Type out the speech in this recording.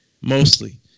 mostly